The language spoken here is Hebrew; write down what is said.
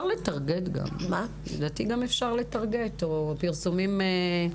לדעתי גם אפשר לתרגט או פרסומים.